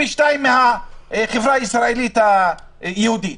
פי שניים מהחברה הישראלית היהודית.